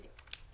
בדיוק.